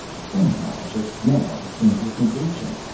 somehow, just now, i came to a conclusion.